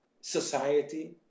society